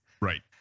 right